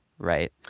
right